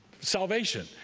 salvation